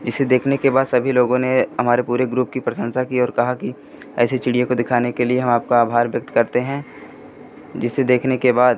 जिसे देखने के बाद सभी लोगों ने हमारे पूरे ग्रुप की प्रशंसा की और कहा कि ऐसी चिड़िया को दिखाने के लिए हम आपका आभार व्यक्त करते हैं जिसे देखने के बाद